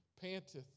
panteth